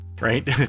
right